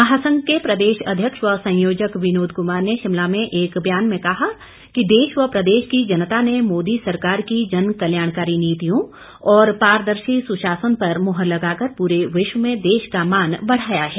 महासंघ के प्रदेश अध्यक्ष व संयोजक विनोद कुमार ने शिमला में एक बयान में कहा कि देश व प्रदेश की जनता ने मोदी सरकार की जन कल्याणकारी नीतियों और पारदर्शी सुशासन पर मोहर लगाकर पूरे विश्व में देश का मान बढ़ाया है